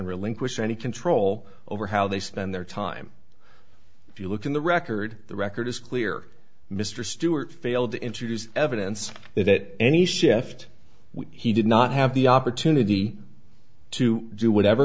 relinquish any control over how they spend their time if you look at the record the record is clear mr stewart failed to introduce evidence that any shift when he did not have the opportunity to do whatever